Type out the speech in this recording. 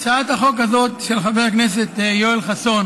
הצעת החוק הזאת של חבר הכנסת יואל חסון